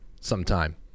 Sometime